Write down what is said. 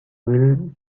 will